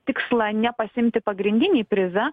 tikslą nepasiimti pagrindinį prizą